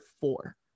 four